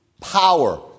power